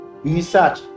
research